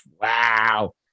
Wow